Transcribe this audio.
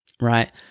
Right